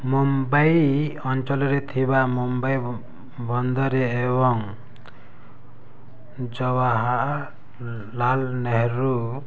ମୁମ୍ବାଇ ଅଞ୍ଚଳରେ ଥିବା ମୁମ୍ବାଇ ବନ୍ଦର ଏବଂ ଜବାହରଲାଲ ନେହେରୁ